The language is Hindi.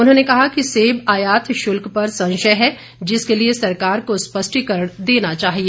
उन्होंने कहा कि सेब आयात श़िल्क पर संशय है जिसके लिए सरकार को स्पष्टीकरण देना चाहिए